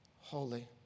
holy